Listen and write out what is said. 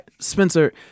Spencer